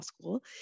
school